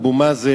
אבו מאזן,